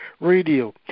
Radio